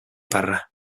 parra